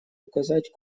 указать